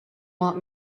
want